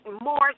more